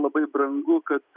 labai brangu kad